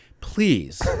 please